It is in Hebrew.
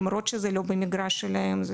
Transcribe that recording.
למרות שזה לא במגרש שלהם,